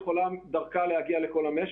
תוכנה שכזו היא יכולה להגיע לכל המשק.